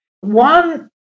One